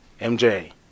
MJ